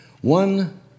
one